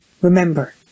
Remember